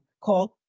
called